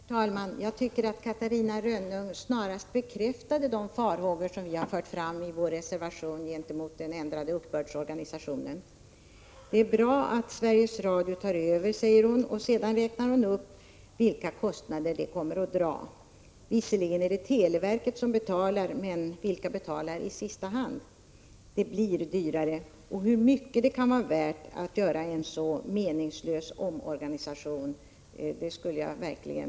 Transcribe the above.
Herr talman! Jag tycker att Catarina Rönnung snarare bekräftade de farhågor som vi har fört fram i vår reservation gentemot den ändrade uppbördsorganisationen. Det är bra att Sveriges Radio tar över säger hon, och sedan räknar hon upp vilka kostnader det kommer att dra. Visserligen är det televerket som betalar, men vilka betalar i sista hand? Det blir dyrare. Hur mycket det kan vara värt att göra en så meningslös omorganisation undrar jag verkligen.